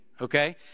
okay